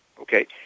Okay